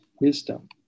wisdom